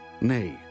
Nay